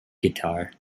guitar